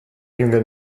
junge